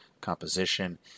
composition